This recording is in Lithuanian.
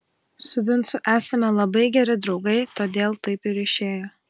su vincu esame labai geri draugai todėl taip ir išėjo